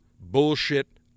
bullshit